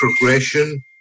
progression